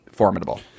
formidable